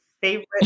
favorite